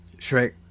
Shrek